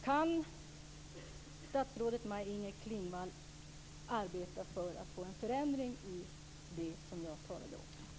Kan statsrådet Maj-Inger Klingvall arbeta för att det blir en förändring vad gäller det som jag här har talat om?